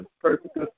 perfect